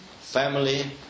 family